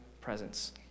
presence